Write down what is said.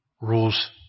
Rules